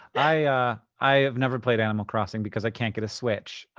i i have never played animal crossing because i can't get a switch.